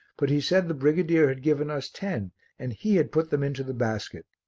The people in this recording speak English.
but he said the brigadier had given us ten and he had put them into the basket.